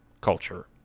culture